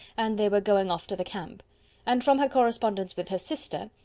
and they were going off to the camp and from her correspondence with her sister,